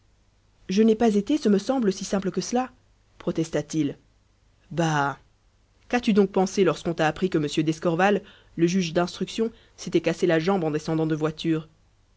je n'ai pas été ce me semble si simple que cela protesta t il bah qu'as-tu donc pensé lorsqu'on t'a appris que m d'escorval le juge d'instruction s'était cassé la jambe en descendant de voiture